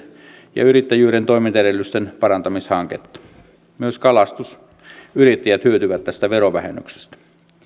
ja yrittäjyyden toimintaedellytysten parantamishanketta myös kalastusyrittäjät hyötyvät tästä verovähennyksestä